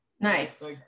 nice